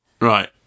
Right